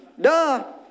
Duh